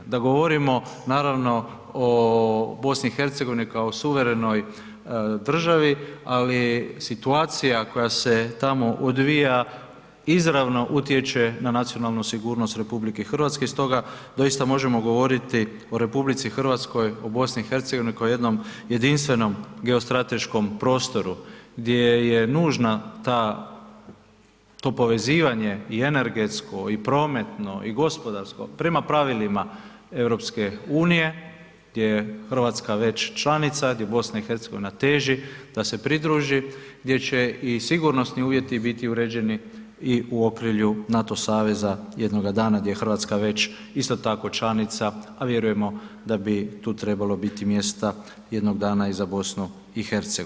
Da govorimo naravno o BiH-u kao suverenoj državi ali situacija koja se tamo odvija izravno utječe na nacionalnu sigurnost RH stoga doista možemo govoriti o RH, o BiH-u, kao jednom jedinstvenom geostrateškom prostoru gdje je nužno to povezivanje i energetsko i prometno i gospodarsko prema pravilima EU-a gdje je Hrvatska već članica, gdje BiH teži da se pridruži, gdje će i sigurnosni uvjeti biti uređeni i u okrilju NATO saveza jednoga dana gdje je Hrvatska već isto tako članica a vjerujemo da bi tu trebalo biti mjesta jednog danas i za BiH.